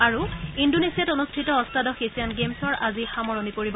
আৰু ইণ্ডোনেছিয়াত অনুষ্ঠিত অষ্টাদশ এছিয়ান গেমছৰ আজি সামৰণি পৰিব